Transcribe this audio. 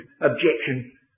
objection